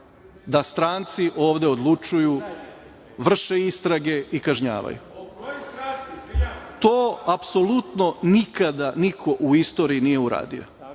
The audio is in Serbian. da stranci ovde odlučuju, vrše istrage i kažnjavaju. To apsolutno nikada niko u istoriji nije uradi.